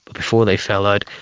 before they fell out,